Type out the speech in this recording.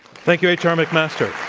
thank you, h. r. mcmaster.